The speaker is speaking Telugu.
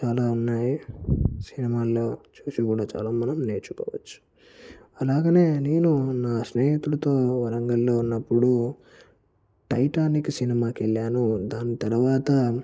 చాలా ఉన్నాయి సినిమాల్లో చూసి కూడా చాలా మనం నేర్చుకోవచ్చు అలాగనే నేను నా స్నేహితులతో వరంగల్లో ఉన్నప్పుడు టైటానిక్ సినిమాకి వెళ్ళాను దాని తర్వాత